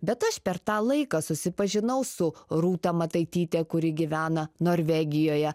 bet aš per tą laiką susipažinau su rūta mataitytė kuri gyvena norvegijoje